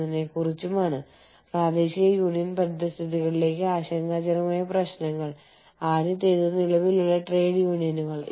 of shoring എന്നത് നിങ്ങളുടെ ഓർഗനൈസേഷന്റെ പ്രവർത്തനങ്ങളുടെ ഒരു ഭാഗം അല്ലെങ്കിൽ ചില പ്രവർത്തനങ്ങൾ മറ്റൊരു രാജ്യത്തേക്ക് അതിർത്തിക്കപ്പുറത്തേക്ക് മാറ്റുന്നതാണ്